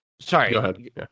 Sorry